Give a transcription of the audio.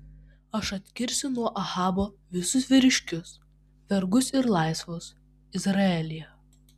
aš atkirsiu nuo ahabo visus vyriškius vergus ir laisvus izraelyje